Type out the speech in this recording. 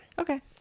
Okay